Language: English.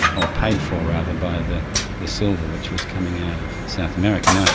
or paid for rather, by the the silver which was coming out of south america.